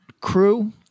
crew